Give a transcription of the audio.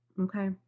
okay